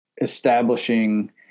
establishing